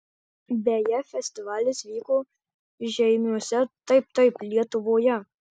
beje festivalis vyko žeimiuose taip taip lietuvoje